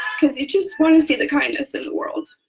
because you just want to see the kindness in the world